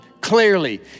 clearly